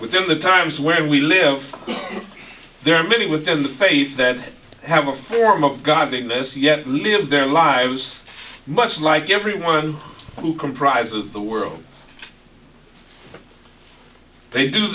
within the times where we live there are many within the faith that have a form of godliness yet live their lives much like everyone who comprises the world they do